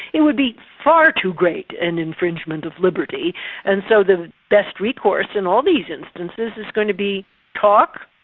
it would be far too great an infringement of liberty and so the best recourse in all these instances is going to be talk,